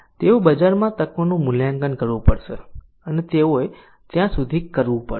તેઓએ બજારમાં તકોનું મૂલ્યાંકન કરવું પડશે અને તેઓએ ત્યાં સુધી કરવું પડશે